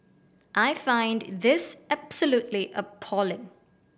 I find this absolutely appalling